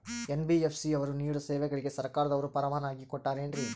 NBFC ಅವರು ನೇಡೋ ಸೇವೆಗಳಿಗೆ ಸರ್ಕಾರದವರು ಪರವಾನಗಿ ಕೊಟ್ಟಾರೇನ್ರಿ?